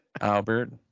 Albert